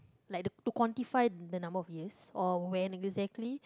like the to quantify the number of years or when exactly